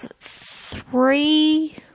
three